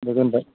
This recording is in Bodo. दे दोनबाय